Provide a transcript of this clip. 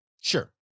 Sure